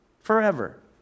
forever